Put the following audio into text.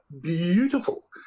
beautiful